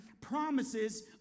promises